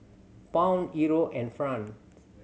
Pound Euro and franc